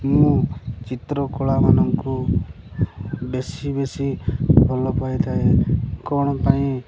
ମୁଁ ଚିତ୍ରକଳାମାନଙ୍କୁ ବେଶୀ ବେଶୀ ଭଲ ପାଇଥାଏ କଣ ପାଇଁ